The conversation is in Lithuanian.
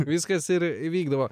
viskas ir įvykdavo